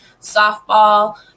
softball